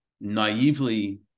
naively